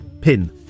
pin